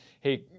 hey